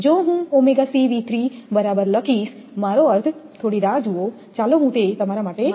જો હું બરાબર લખીશ મારો અર્થ થોડી રાહ જુઓચાલો હું તે તમારા માટે બનાવીશ